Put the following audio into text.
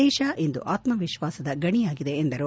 ದೇಶ ಇಂದು ಆತ್ಲಾವಿಶ್ವಾಸದ ಗಣಿಯಾಗಿದೆ ಎಂದರು